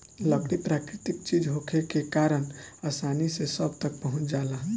लकड़ी प्राकृतिक चीज होखला के कारण आसानी से सब तक पहुँच जाला